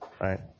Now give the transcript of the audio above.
right